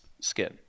skin